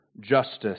justice